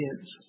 kids